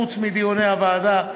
חוץ מדיוני הוועדה,